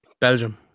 Belgium